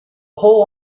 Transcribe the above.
whole